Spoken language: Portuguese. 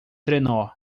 trenó